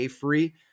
free